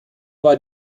war